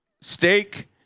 steak